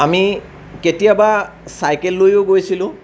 আমি কেতিয়াবা চাইকেল লৈয়ো গৈছিলোঁ